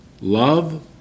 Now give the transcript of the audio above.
Love